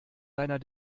deiner